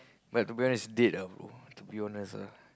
but to be honest it's dead ah bro to be honest ah